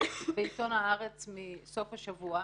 בעיתון "הארץ" מסוף השבוע,